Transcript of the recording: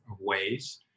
ways